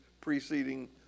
preceding